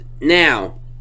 Now